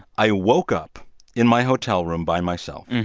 i woke up in my hotel room by myself.